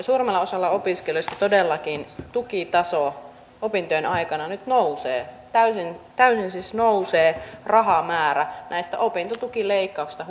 suurimmalla osalla opiskelijoista todellakin tukitaso opintojen aikana nyt nousee täysin siis nousee rahamäärä näistä opintotukileikkauksista